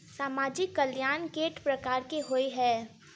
सामाजिक कल्याण केट प्रकार केँ होइ है?